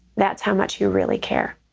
that's how much you really care.